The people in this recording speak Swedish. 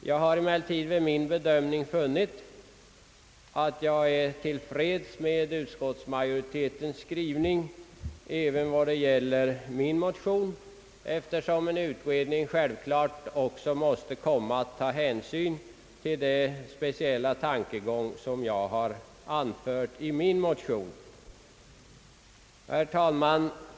Jag har emellertid vid min bedömning funnit att jag är tillfredsställd med utskottsmajoritetens skrivning, även vad det gäller min motion, eftersom en utredning självklart också måste komma att ta hänsyn till den speciella tankegång som jag har anfört i motionen. Herr talman!